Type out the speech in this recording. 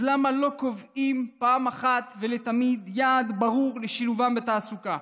אז למה לא קובעים אחת ולתמיד יעד ברור לשילובם בתעסוקה?